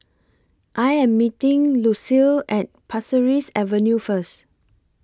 I Am meeting Lucille At Pasir Ris Avenue First